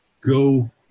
go